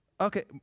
okay